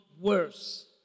worse